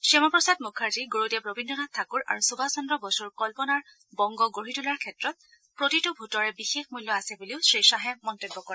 শ্যামাপ্ৰসাদ মুখাৰ্জী গুৰুদেৱ ৰবীদ্ৰনাথ ঠাকুৰ আৰু সুভাষ চন্দ্ৰ বসুৰ কল্পনাৰ বংগ গঢ়ি তোলাৰ ক্ষেত্ৰত প্ৰতিটো ভোটৰে বিশেষ মূল্য আছে বুলিও শ্ৰীশ্বাহে মন্তব্য কৰে